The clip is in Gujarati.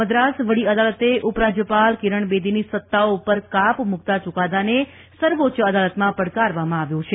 મદ્રાસ વડી અદાલતે ઉપરાજ્યપાલ કિરણ બેદીની સત્તાઓ પર કાપ મૂકતા ચૂકાદાને સર્વોચ્ચ અદાલતમાં પડકારવામાં આવ્યો છે